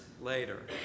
later